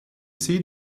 see